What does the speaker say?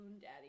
daddy